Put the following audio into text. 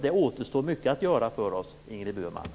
Det återstår alltså mycket att göra för oss, Ingrid Burman.